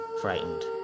frightened